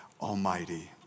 Almighty